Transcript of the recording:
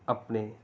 ਆਪਣੇ